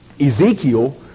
Ezekiel